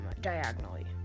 diagonally